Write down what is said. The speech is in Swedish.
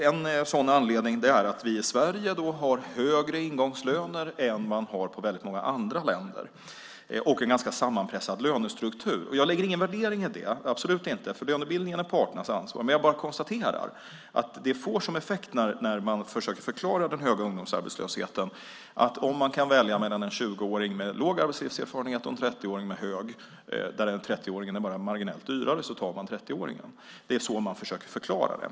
En sådan anledning är att vi i Sverige har högre ingångslöner än man har i väldigt många andra länder och en ganska sammanpressad lönestruktur. Jag lägger ingen värdering i det, absolut inte. Lönebildningen är parternas ansvar. Jag bara konstaterar att man försöker förklara den höga ungdomsarbetslösheten med den effekt detta får. Om man kan välja mellan en 20-åring med låg arbetslivserfarenhet och en 30-åring med hög och 30-åringen är bara marginellt dyrare tar man 30-åringen. Det är så man försöker förklara det.